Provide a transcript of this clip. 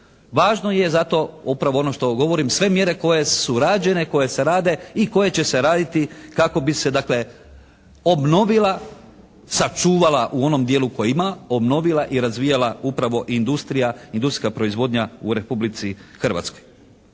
Važno je zato upravo ovo što vam govorim. Sve mjere koje su rađene, koje se rade i koje će se raditi kako bi se dakle obnovila, sačuvala u onom dijelu koje ima, obnovila i razvijala upravo industrija, industrijska proizvodnja u Republici Hrvatskoj.